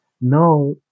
now